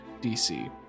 DC